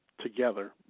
together